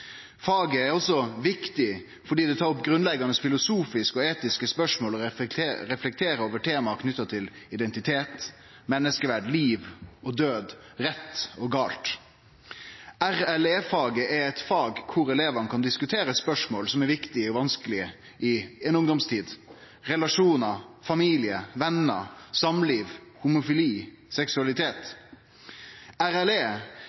Faget er også viktig fordi det tar opp grunnleggjande filosofiske og etiske spørsmål og reflekterer over tema knytte til identitet, menneskeverd, liv og død, rett og gale. RLE-faget er eit fag der elevane kan diskutere spørsmål som er viktige og vanskelege i ungdomstida: relasjonar, familie, venner, samliv, homofili, seksualitet.